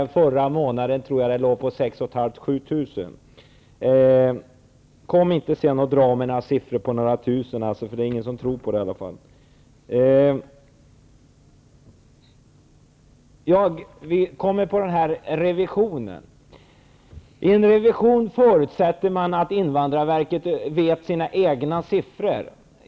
Förra månaden tror jag att antalet var 6 500--7 000. Kom sedan inte dragande med att det rör sig om några tusen, eftersom det i alla fall inte är någon som tror på det. Jag vill säga något om revisionen. I en revision förutsätter man att invandrarverket kan sina egna siffror.